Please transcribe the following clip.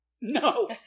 No